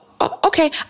okay